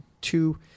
two